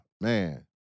man